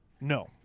No